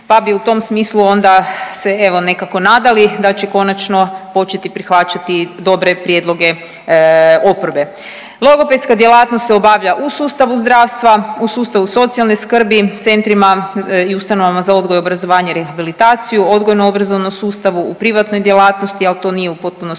Pa bi u tom smislu onda se evo nekako nadali da će konačno početi prihvaćati dobre prijedloge oporbe. Logopedska djelatnost se obavlja u sustavu zdravstva, u sustavu socijalne skrbi, centrima i ustanovama za odgoj i obrazovanje i rehabilitaciju, odgojno-obrazovnom sustavu, u privatnoj djelatnosti, al to nije u potpuno uređeno,